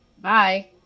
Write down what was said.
bye